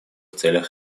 целях